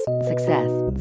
Success